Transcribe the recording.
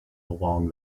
along